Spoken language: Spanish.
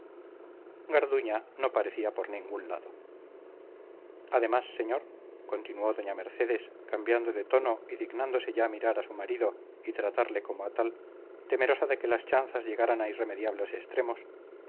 garduña no aparecía por ningún lado además señor continuó doña mercedes cambiando de tono y dignándose ya mirar a su marido y tratarle como a tal temerosa de que las chanzas llegaran a irremediables extremos